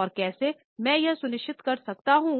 और कैसे मैं यह सुनिश्चित कर सकते हूँ